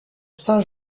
saint